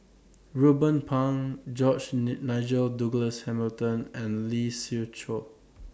Ruben Pang George Nigel Douglas Hamilton and Lee Siew Choh